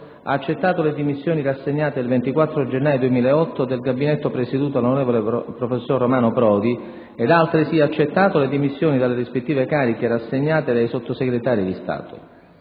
ha accettato le dimissioni rassegnate il 24 gennaio 2008 dal Gabinetto presieduto dall'on. Prof. Romano PRODI ed ha altresì accettato le dimissioni dalle rispettive cariche rassegnate dai Sottosegretari di Stato.